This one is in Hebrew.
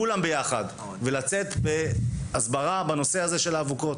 כולם ביחד ולצאת בהסברה בנושא הזה של האבוקות.